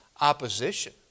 Opposition